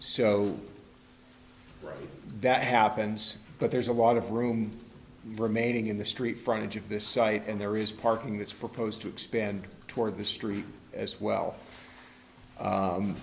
so that happens but there's a lot of room remaining in the street from each of this site and there is parking that's proposed to expand toward the street as well